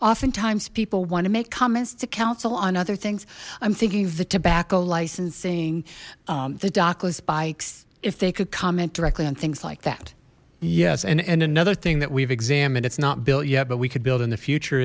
oftentimes people want to make comments to council on other things i'm thinking of the tobacco licensing the dhoklas bikes if they could comment directly on things like that yes and and another thing that we've examined it's not built yet but we could build in the future